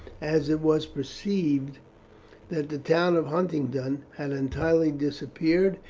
as it was perceived that the town of huntingdon had entirely disappeared.